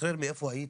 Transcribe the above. מאיפה שהיית.